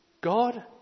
God